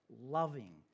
loving